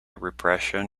repression